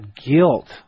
guilt